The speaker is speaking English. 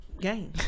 game